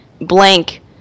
blank